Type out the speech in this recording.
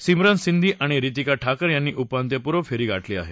सिमरन सिंघी आणि रितिका ठाकर यांनी उपात्यपूर्वफेरी गाठ्ली आहे